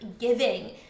giving